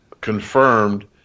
confirmed